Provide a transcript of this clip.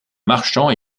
marchand